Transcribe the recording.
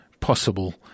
Possible